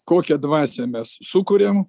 kokią dvasią mes sukuriam